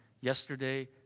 Yesterday